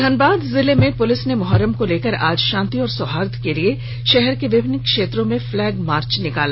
धनबाद जिले में पुलिस ने मुहर्रम को लेकर आज शांति और सौहार्द्र के लिए शहर के विभिन्न क्षेत्रों में फ्लैग मार्च निकाला